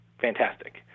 fantastic